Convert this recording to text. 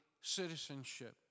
citizenship